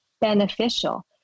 beneficial